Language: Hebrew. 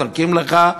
נקים לך,